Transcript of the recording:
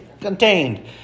contained